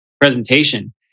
presentation